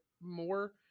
more